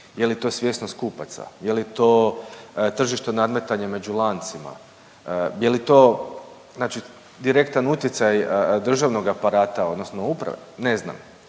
Je li to svjesnost kupaca, je li to tržišno nadmetanje među lancima, je li to znači direktan utjecaj državnog aparata odnosno uprave? Ne znam.